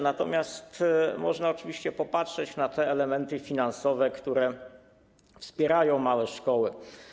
Natomiast można oczywiście popatrzeć na te elementy finansowe, które wspierają małe szkoły.